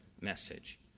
message